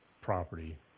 property